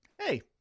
hey